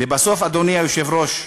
לבסוף, אדוני היושב-ראש,